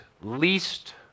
least